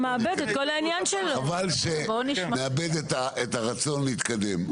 חבל שנאבד את הרצון להתקדם.